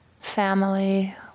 family